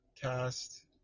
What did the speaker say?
cast